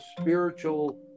spiritual